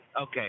okay